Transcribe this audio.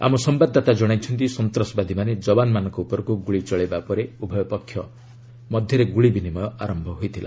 ଆମ ସମ୍ଭାଦଦାତା କଣାଇଛନ୍ତି ସନ୍ତାସବାଦୀମାନେ ଯବାନମାନଙ୍କ ଉପରକୁ ଗୁଳି ଚଳାଇବା ପରେ ଉଭୟ ପକ୍ଷ ମଧ୍ୟରେ ଗୁଳି ବିନିମୟ ଆରମ୍ଭ ହୋଇଥିଲା